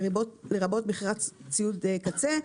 לרבות מכירת ציוד קצה.